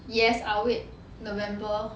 yes I'll wait november